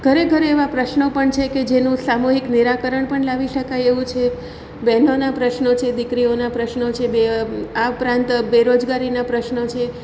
ઘરે ઘરે એવા પ્રશ્નો પણ છે કે જેનું સામૂહિક નિરાકરણ પણ લાવી શકાય એવું છે બહેનોના પ્રશ્નો છે દીકરીઓના પ્રશ્નો છે આ ઉપરાંત બેરોજગારીના પ્રશ્નો છે